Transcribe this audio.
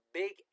big